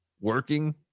working